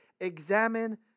Examine